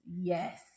yes